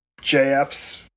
JFs